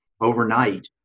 overnight